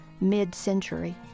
Mid-Century